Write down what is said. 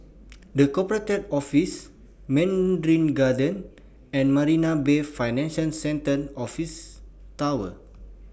The Corporate Office Mandarin Gardens and Marina Bay Financial Centre Office Tower